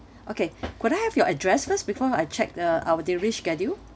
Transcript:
okay could I have your address first before I check uh our delivery schedule